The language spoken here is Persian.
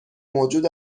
موجود